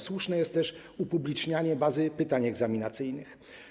Słuszne jest też upublicznianie bazy pytań egzaminacyjnych.